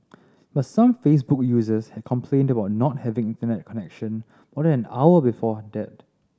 but some Facebook users had complained about not having Internet connection more than an hour before that